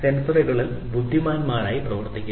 സെൻസറുകൾ ബുദ്ധിമാന്മാരാക്കാൻ അവർ പ്രവർത്തിക്കുന്നു